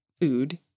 food